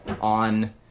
on